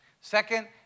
Second